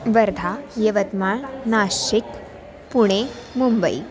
Wardha Yavatmal Nashik Pune Mumbai